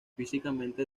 físicamente